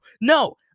no